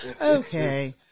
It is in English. Okay